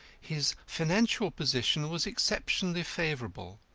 his financial position was exceptionally favourable.